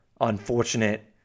unfortunate